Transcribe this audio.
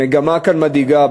המגמה כאן מדאיגה.